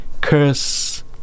Curse